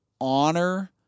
honor